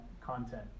content